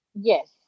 Yes